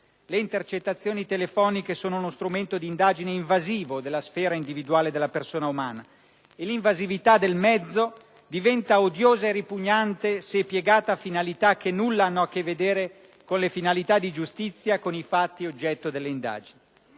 Le intercettazioni telefoniche sono uno strumento di indagine invasivo della sfera individuale della persona umana e l'invasività del mezzo diventa odiosa e ripugnante se piegata a finalità che nulla hanno a che vedere con le finalità di giustizia e con i fatti oggetto delle indagini.